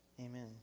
Amen